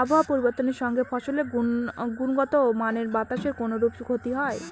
আবহাওয়ার পরিবর্তনের সঙ্গে ফসলের গুণগতমানের বাতাসের কোনরূপ ক্ষতি হয়?